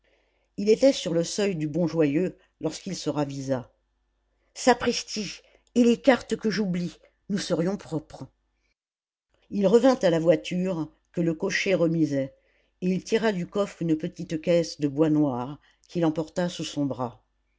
il était sur le seuil du bon joyeux lorsqu'il se ravisa sapristi et les cartes que j'oublie nous serions propres il revint à la voiture que le cocher remisait et il tira du coffre une petite caisse de bois noir qu'il emporta sous son bras